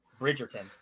Bridgerton